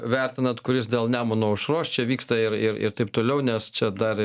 vertinat kuris dėl nemuno aušros čia vyksta ir ir ir taip toliau nes čia dar